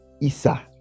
Isa